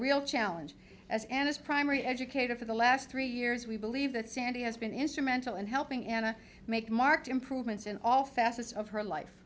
real challenge as anis primary educator for the last three years we believe that sandy has been instrumental in helping anna make marked improvements in all facets of her life